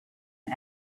him